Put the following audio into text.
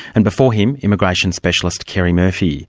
and before him, immigration specialist, kerry murphy